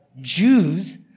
Jews